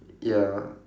ya